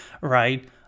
right